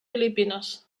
filipines